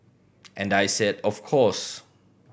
and I said of course